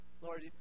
Lord